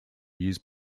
used